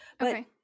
Okay